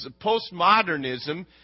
Postmodernism